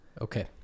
Okay